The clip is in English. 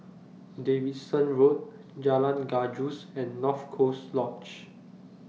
Davidson Road Jalan Gajus and North Coast Lodge